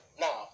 Now